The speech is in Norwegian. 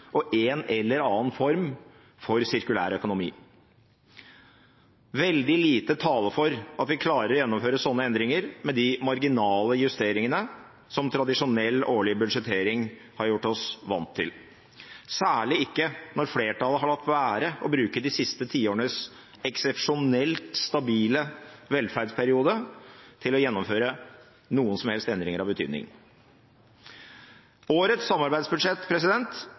og en eller annen form for sirkulær økonomi. Veldig lite taler for at vi klarer å gjennomføre sånne endringer med de marginale justeringene som tradisjonell årlig budsjettering har gjort oss vant til – særlig ikke når flertallet har latt være å bruke de siste tiårenes eksepsjonelt stabile velferdsperiode til å gjennomføre noen som helst endringer av betydning. Årets samarbeidsbudsjett